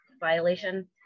violation